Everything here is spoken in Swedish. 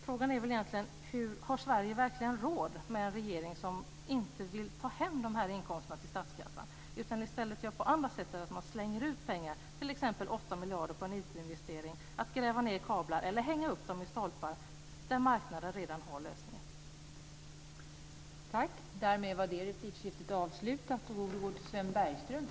Frågan är väl egentligen: Har Sverige verkligen råd med en regering som inte vill ta hem dessa inkomster till statskassan utan som i stället slänger ut pengar, t.ex. 8 miljarder på en IT-investering genom att gräva ned kablar eller hänga upp dem i stolpar när marknaden redan har lösningen?